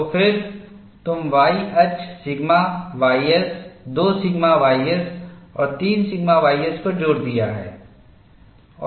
तो फिर तुम y अक्ष सिग्मा ys 2 सिग्मा ys और 3 सिग्मा ys पर जोर दिया है